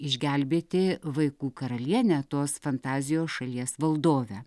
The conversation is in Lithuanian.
išgelbėti vaikų karalienę tos fantazijos šalies valdovę